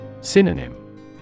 Synonym